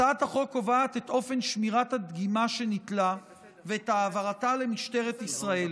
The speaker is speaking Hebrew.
הצעת החוק קובעת את אופן שמירת הדגימה שניטלה ואת העברתה למשטרת ישראל.